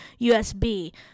USB